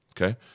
Okay